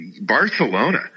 Barcelona